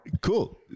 Cool